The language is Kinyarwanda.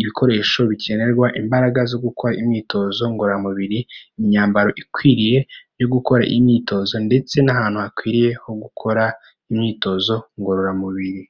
ibikoresho bikenerwa, imbaraga zo gukora imyitozo ngororamubiri, imyambaro ikwiriye yo gukora imyitozo ndetse n'ahantu hakwiriye ho gukora imyitozo ngororamubiri.